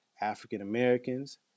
African-Americans